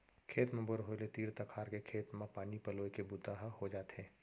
खेत म बोर होय ले तीर तखार के खेत म पानी पलोए के बूता ह हो जाथे